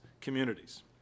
communities